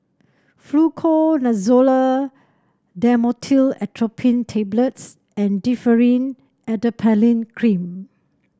Fluconazole Dhamotil Atropine Tablets and Differin Adapalene Cream